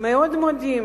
מאוד מודים